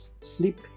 sleep